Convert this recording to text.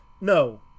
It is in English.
no